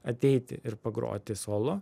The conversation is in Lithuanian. ateiti ir pagroti solo